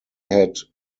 had